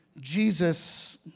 Jesus